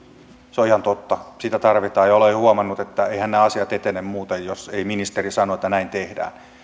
se on ihan totta sitä tarvitaan ja olen huomannut että eiväthän nämä asiat etene muuten jos ei ministeri sano että näin tehdään